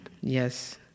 Yes